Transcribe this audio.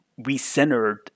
recentered